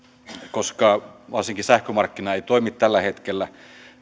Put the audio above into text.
koska varsinkaan sähkömarkkina ei toimi tällä hetkellä